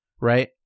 right